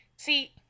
See